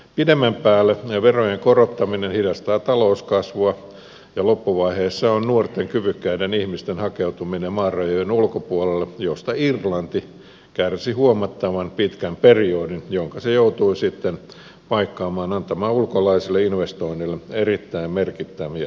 pidemmän päälle verojen korottaminen hidastaa talouskasvua ja loppuvaiheessa on nuorten kyvykkäiden ihmisten hakeutuminen maan rajojen ulkopuolelle josta irlanti kärsi huomattavan pitkän periodin jonka se joutui sitten paikkaamaan antamalla ulkolaisille investoinneille erittäin merkittäviä veroetuja